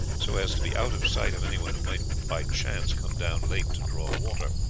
so as to be out of sight of anyone who might by chance come down late to draw water.